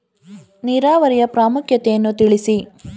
ನೀರಾವರಿಯ ಪ್ರಾಮುಖ್ಯತೆ ಯನ್ನು ತಿಳಿಸಿ?